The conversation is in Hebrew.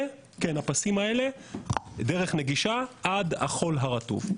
זה, הפסים האלה דרך נגישה עד החול הרטוב.